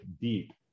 deep